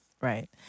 Right